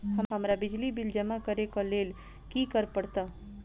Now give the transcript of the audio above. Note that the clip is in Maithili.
हमरा बिजली बिल जमा करऽ केँ लेल की करऽ पड़त?